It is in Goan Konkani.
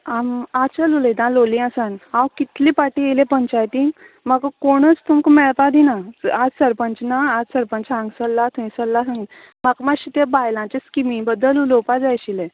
हांव आंचल उलयतां लोलया सान हांव कितलें पाटी येले पंचायतीत म्हाका कोणच तुमका मेळपाक दिना आयज सरपंच ना आयज सरपंच हांगा सरला थंय सरला म्हण म्हाक मात्शें त्या बायलांचे स्किमी बद्दल उलोवपाक जाय आशिल्लें